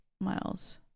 miles